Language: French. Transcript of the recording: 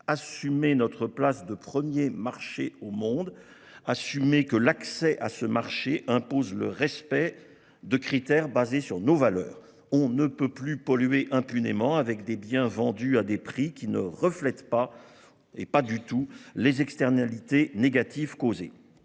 assumer notre place de premier marché au monde et affirmer que l'accès à ce marché impose le respect de critères fondés sur nos valeurs. On ne peut plus polluer impunément avec des biens vendus à des prix qui ne reflètent pas du tout les externalités négatives causées